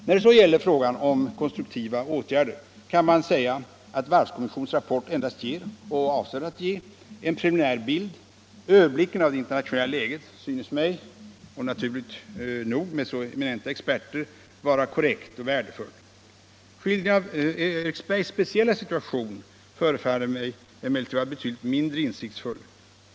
När det så gäller frågan om konstruktiva åtgärder kan man säga att varvskommissionens rapport endast ger — och avser att ge — en preliminär bild. Överblicken över det internationella läget synes mig — naturligt nog, med kommissionens så eminenta experter — vara korrekt och värdefull. Skildringen av Eriksbergs speciella situation förefaller mig emellertid vara betydligt mindre insiktsfull.